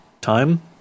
time